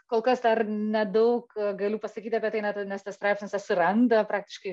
kol kas dar nedaug galiu pasakyt apie tai net nes tas straipsnis atsiranda praktiškai